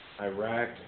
Iraq